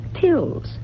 pills